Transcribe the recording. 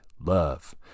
Love